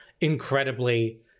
incredibly